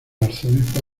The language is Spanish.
arzobispo